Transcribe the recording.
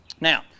Now